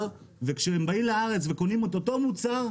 וכשהם באים לארץ וקונים את אותו מוצר,